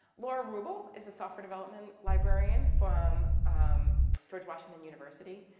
laura wrubel is a software development librarian from george washington university.